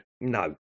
No